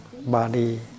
body